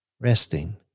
Resting